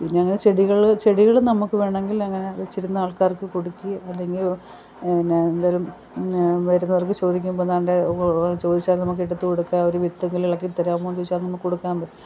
പിന്നങ്ങനെ ചെടികൾ ചെടികൾ നമുക്ക് വേണങ്കിലങ്ങനെ വെച്ചിരുന്ന് അൾക്കാർക്ക് കൊടുക്കേം അല്ലെങ്കിൽ പിന്നെ എന്തേലും വരുന്നവർക്ക് ചോദിക്കുമ്പോൾ ദാണ്ടെ ചോദിച്ചൽ നമുക്കെടുത്ത് കൊടുക്കാൻ ഒരു വിത്തെങ്കിലും ഇളക്കി തരാമോന്ന് ചോദിച്ചാൽ കൊടുക്കാൻ പറ്റും